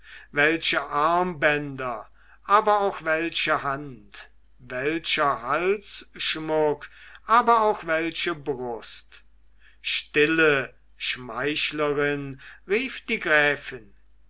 welche armbänder aber auch welche hand welcher halsschmuck aber auch welche brust stille schmeichlerin rief die gräfin